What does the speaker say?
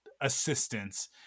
assistance